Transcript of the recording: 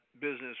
business